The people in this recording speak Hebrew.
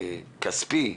כספי,